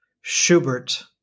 Schubert